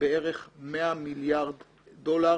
בערך 100 מיליארד דולר